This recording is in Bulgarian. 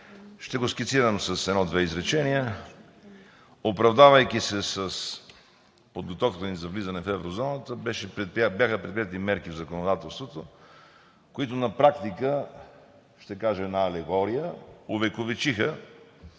Ще го скицирам с едно-две изречения. Оправдавайки се с подготовката ни за влизане в Еврозоната, бяха предприети мерки в законодателството, които на практика – ще кажа една алегория – увековечиха